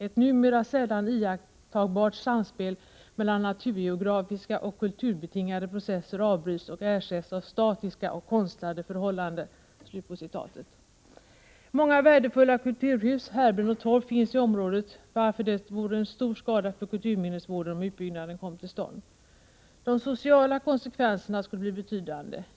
Ett numera sällan iakttagbart samspel mellan naturgeografiska och kulturbetingade processer avbryts och ersätts av statiska och konstlade förhållanden.” Många värdefulla kulturhus, härbren och torp finns i området, varför det vore en stor skada för kulturminnesvården om utbyggnaden kom till stånd. De sociala konsekvenserna skulle bli betydande.